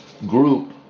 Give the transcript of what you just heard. group